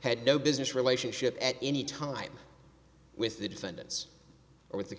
had no business relationship at any time with the defendants or with the